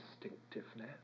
distinctiveness